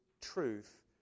truth